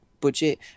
budget